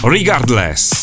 Regardless